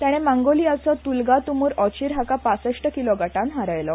ताणे मांगोलियाचो Tulga Tumur Ochir हाका पासश्ट किलो गटांत हारयलो